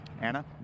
Anna